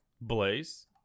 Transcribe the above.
Blaze